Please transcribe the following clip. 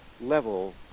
level